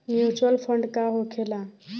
Mutual fund का होखेला?